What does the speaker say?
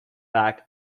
back